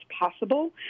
possible